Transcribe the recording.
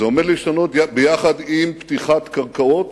זה עומד להשתנות יחד עם פתיחת קרקעות